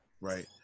right